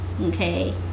okay